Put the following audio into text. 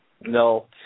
No